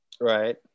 Right